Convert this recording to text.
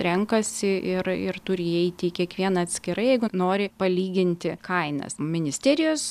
renkasi ir ir turi įeiti į kiekvieną atskirai jeigu nori palyginti kainas ministerijos